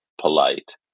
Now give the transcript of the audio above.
polite